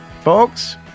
Folks